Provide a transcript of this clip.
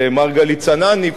למרגלית צנעני,